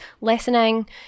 lessening